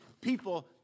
People